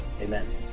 amen